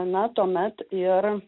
na tuomet ir